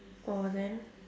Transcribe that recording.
oh then